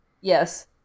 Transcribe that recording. Yes